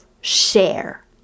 share